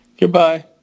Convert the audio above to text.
Goodbye